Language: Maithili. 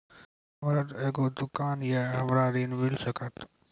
हमर एगो दुकान या हमरा ऋण मिल सकत?